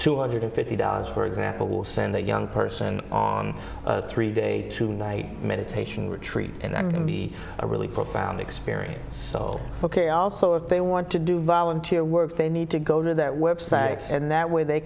two hundred fifty dollars for example will send a young person on three day to night meditation retreat and i'm going to be a really profound experience so ok also if they want to do volunteer work they need to go to that website and that way they